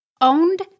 owned